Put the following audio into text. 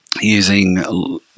using –